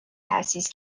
تأسیس